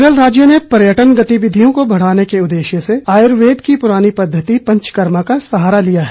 केरल राज्य ने पर्यटन गतिविधियों को बढ़ाने के उद्देश्य से आयुर्वेद की पुरानी पद्दति पंचकर्मा का सहारा लिया है